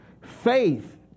Faith